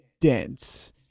dense